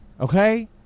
okay